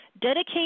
dedicate